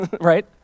right